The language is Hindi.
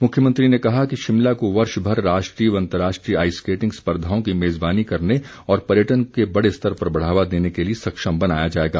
मुख्यमंत्री ने कहा कि शिमला को वर्ष भर राष्ट्रीय व अंतर्राष्ट्रीय आईस स्केटिंग स्पर्धाओं की मेज़बानी करने और पर्यटन को बड़े स्तर पर बढ़ावा देने के लिए सक्षम बनाया जाएगा